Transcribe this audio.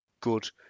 good